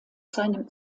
seinem